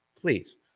Please